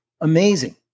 Amazing